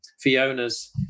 Fiona's